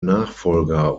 nachfolger